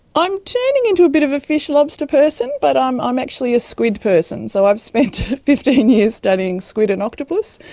i'm turning into a bit of a fish-lobster person, but i'm i'm actually a squid person. so i've spent fifteen years studying squid and octopus.